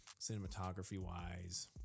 cinematography-wise